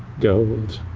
gold.